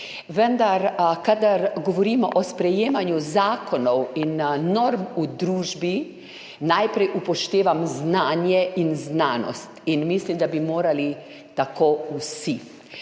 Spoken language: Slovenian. Vendar kadar govorimo o sprejemanju zakonov in norm v družbi, najprej upoštevam znanje in znanost in mislim, da bi morali tako vsi.